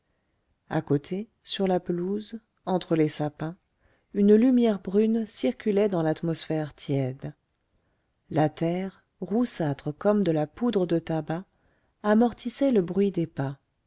à côté sur la pelouse entre les sapins une lumière brune circulait dans l'atmosphère tiède la terre roussâtre comme de la poudre de tabac amortissait le bruit des pas